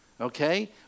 Okay